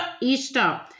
Easter